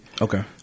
okay